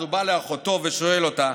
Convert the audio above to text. אז הוא בא לאחותו ושואל אותה,